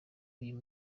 uyu